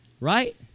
right